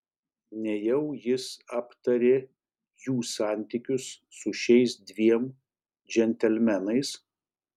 nejau jis aptarė jų santykius su šiais dviem džentelmenais